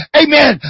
amen